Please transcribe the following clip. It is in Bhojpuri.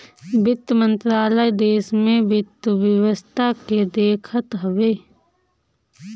वित्त मंत्रालय देस के वित्त व्यवस्था के देखत हवे